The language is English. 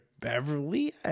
Beverly